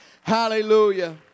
Hallelujah